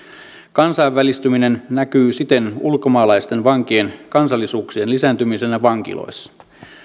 kansainvälistyminen näkyy siten ulkomaalaisten vankien kansallisuuksien lisääntymisenä vankiloissa